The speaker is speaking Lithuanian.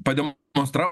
padem monstrav